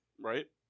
right